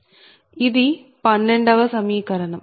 ఇది 12 వ సమీకరణం